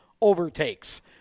overtakes